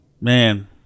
Man